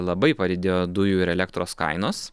labai padidėjo dujų ir elektros kainos